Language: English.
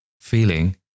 feeling